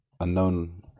Unknown